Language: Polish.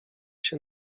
się